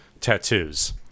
tattoos